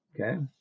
okay